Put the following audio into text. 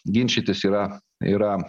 ginčytis yra yra